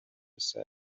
said